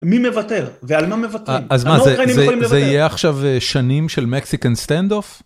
מי מוותר? ועל מה מוותרים? אז מה, זה יהיה עכשיו שנים של מקסיקן סטנד אוף?